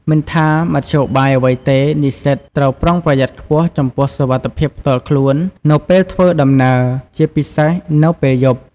មិនថាមធ្យោបាយអ្វីទេ និស្សិតត្រូវប្រុងប្រយ័ត្នខ្ពស់ចំពោះសុវត្ថិភាពផ្ទាល់ខ្លួននៅពេលធ្វើដំណើរ ជាពិសេសនៅពេលយប់។